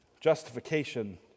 justification